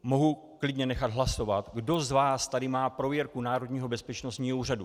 Mohu klidně nechat hlasovat, kdo z vás tady má prověrku Národního bezpečnostního úřadu.